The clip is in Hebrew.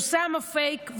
מפורסם הפייק.